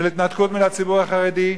של התנתקות מן הציבור החרדי,